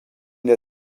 der